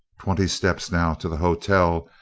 twenty steps, now, to the hotel,